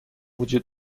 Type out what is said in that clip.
وجود